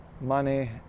money